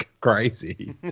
crazy